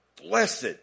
blessed